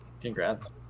Congrats